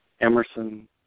Emerson